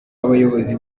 abayobozi